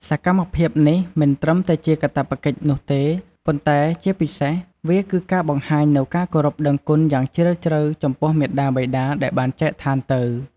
សកម្មភាពនេះមិនត្រឹមតែជាការកាតព្វកិច្ចនោះទេ ប៉ុន្តែជាពិសេសវាគឺការបង្ហាញនូវការគោរពដឹងគុណយ៉ាងជ្រាលជ្រៅចំពោះមាតាបិតាដែលបានចែកឋានទៅ។